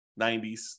90s